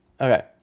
Okay